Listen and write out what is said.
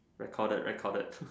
recorded recorded